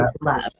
love